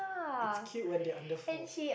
it's cute when they under four